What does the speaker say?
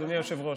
אדוני היושב-ראש?